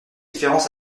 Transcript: différence